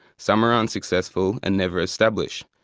some are unsuccessful and never establish.